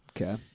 Okay